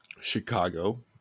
Chicago